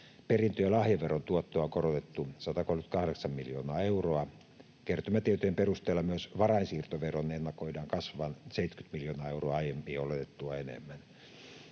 perintö- ja lahjaveron tuottoa on korotettu 138 miljoonaa euroa. Kertymätietojen perusteella myös varainsiirtoveron ennakoidaan kasvavan 70 miljoonaa euroa aiemmin oletettua enemmän.